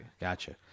gotcha